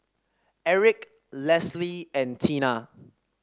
Erick Lesley and Tina